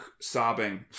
sobbing